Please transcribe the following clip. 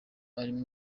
ariwe